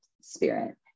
spirit